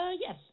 yes